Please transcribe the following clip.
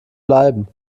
bleiben